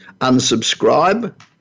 unsubscribe